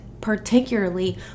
particularly